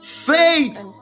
faith